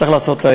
צריך לעשות.